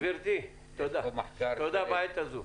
גברתי, תודה בעת הזו.